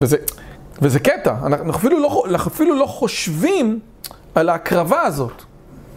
וזה קטע, אנחנו אפילו לא חושבים על ההקרבה הזאת.